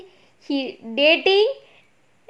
see he dating